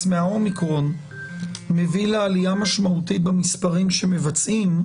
מה-אומיקרון מביא לעלייה משמעותית במספרים שמבצעים,